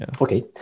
Okay